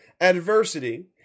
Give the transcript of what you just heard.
adversity